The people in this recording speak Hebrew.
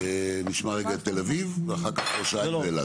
נשמע רגע את תל אביב ואחר כך ראש העין ואלעד.